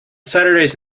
saturdays